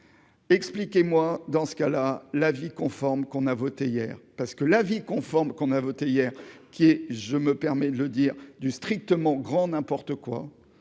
expliquez moi : dans ce cas-là, l'avis conforme qu'on a voté hier, parce que l'avis conforme qu'on a voté, hier, qui est, je me permets de le dire du strictement grand n'importe quoi,